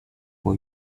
for